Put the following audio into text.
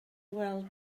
weld